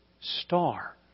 star